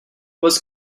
was